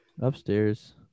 Upstairs